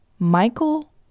Michael